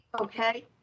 okay